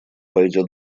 пойдет